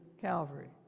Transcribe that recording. Calvary